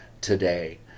today